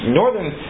northern